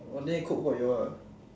oh then he cook for you all ah